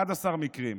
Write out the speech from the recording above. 11 מקרים,